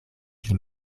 pli